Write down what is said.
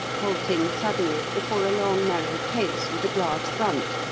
halting suddenly before a long, narrow case, with a glass front,